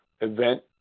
event